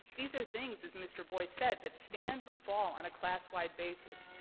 these are things, as mr. boies said, that stand or fall on a class-wide basis.